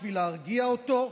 בשביל להרגיע אותו.